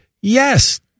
Yes